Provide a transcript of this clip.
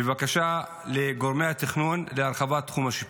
בקשה לגורמי התכנון להרחבת תחום השיפוט.